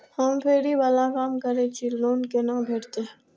हम फैरी बाला काम करै छी लोन कैना भेटते?